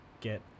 get